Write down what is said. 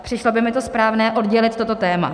Přišlo by mi to správné, oddělit toto téma.